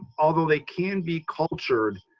although they can be cultured,